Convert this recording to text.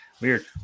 Weird